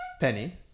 Penny